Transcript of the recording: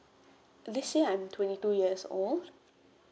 this year I'm twenty two years old